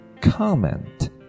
comment